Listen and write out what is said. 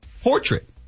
portrait